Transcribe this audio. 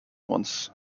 ones